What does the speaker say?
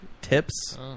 tips